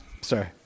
Sorry